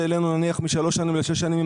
שהעלינו משלוש שנים לשש שנים,